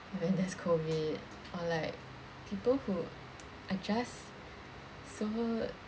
when there's COVID or like people who are just so